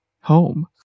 home